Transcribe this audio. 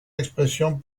expression